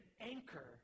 anchor